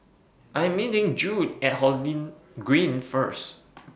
I Am meeting Jude At Holland Green First